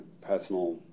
personal